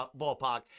ballpark